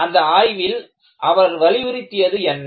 அந்த ஆய்வில் அவர் வலியுறுத்தியது என்ன